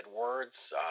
words